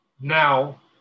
now